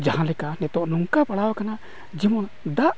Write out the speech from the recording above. ᱡᱟᱦᱟᱸ ᱞᱮᱠᱟ ᱱᱤᱛᱚᱜ ᱱᱚᱝᱠᱟ ᱯᱟᱲᱟᱣ ᱟᱠᱟᱱᱟ ᱡᱮᱢᱚᱱ ᱫᱟᱜ